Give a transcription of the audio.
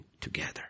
together